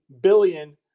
billion